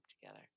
together